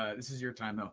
ah this is your time ah